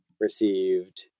received